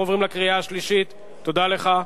אנחנו עוברים לקריאה השלישית, תודה לך.